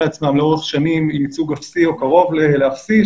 עצמם לאורך שנים עם ייצוג אפסי או קרוב לאפסי,